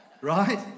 Right